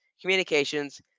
communications